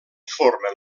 formen